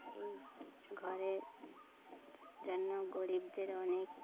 এই ঘরের জন্য গরিবদের অনেক